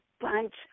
bunch